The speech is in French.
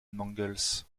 mangles